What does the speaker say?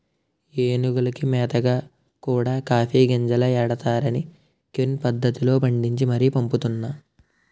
ఏనుగులకి మేతగా కూడా కాఫీ గింజలే ఎడతన్నారనీ క్విన్ పద్దతిలో పండించి మరీ పంపుతున్నా